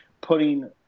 putting